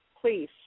Please